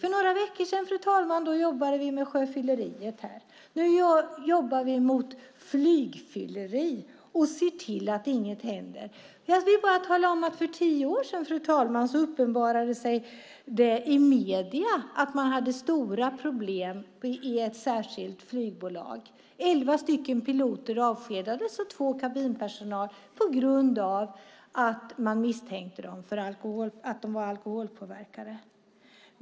För några veckor sedan jobbade vi med sjöfylleriet, och nu jobbar vi mot flygfylleri och ser till att inget händer. Jag vill bara tala om att det för tio år sedan uppdagades i medierna att man hade stora problem i ett särskilt flygbolag. Elva piloter och två kabinpersonal avskedades på grund av att man misstänkte att de var alkoholpåverkade.